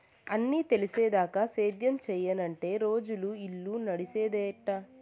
అన్నీ తెలిసేదాకా సేద్యం సెయ్యనంటే రోజులు, ఇల్లు నడిసేదెట్టా